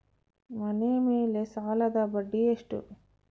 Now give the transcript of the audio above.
ಮನೆ ಮೇಲೆ ಸಾಲದ ಬಡ್ಡಿ ಎಷ್ಟು?